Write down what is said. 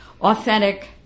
authentic